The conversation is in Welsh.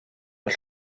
mae